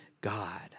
God